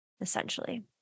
essentially